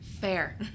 Fair